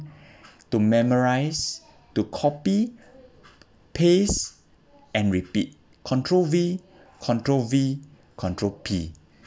to memorize to copy paste and repeat control V control V control P